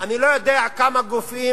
אני לא יודע כמה גופים